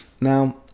Now